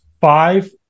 Five